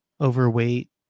overweight